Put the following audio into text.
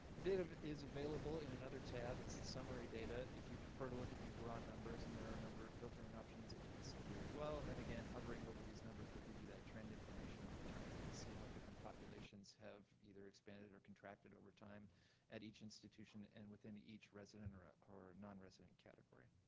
the data is available in another tab. it's the summary data. if you prefer to look at these raw numbers and there are number filtering options that you can see here as well, and then again, hovering over these numbers will give you that trend information over time. you can see how different populations have either expanded or contracted over time at each institution and within each resident or ah or nonresident category.